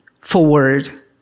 forward